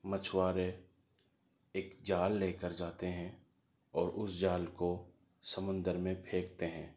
مچھوارے ایک جال لے کر جاتے ہیں اور اس جال کو سمندر میں پھینکتے ہیں